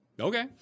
Okay